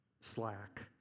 slack